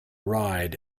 ride